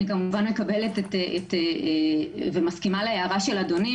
אני כמובן מקבלת ומסכימה להערה של אדוני.